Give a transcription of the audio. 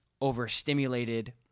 overstimulated